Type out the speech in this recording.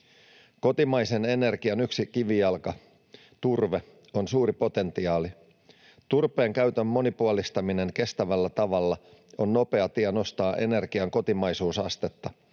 Kotimaisen energian yksi kivijalka, turve, on suuri potentiaali. Turpeen käytön monipuolistaminen kestävällä tavalla on nopea tie nostaa energian kotimaisuusastetta.